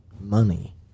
money